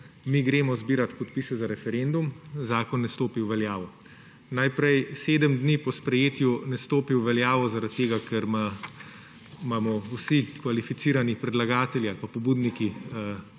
če gremo mi zbirat podpise za referendum, zakon ne stopi v veljavo. Najprej sedem dni po sprejetju ne stopi v veljavo zaradi tega, ker imamo vsi kvalificirani predlagatelji ali pa pobudniki referenduma